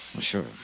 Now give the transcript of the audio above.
Sure